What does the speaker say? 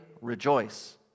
rejoice